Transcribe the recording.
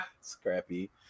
Scrappy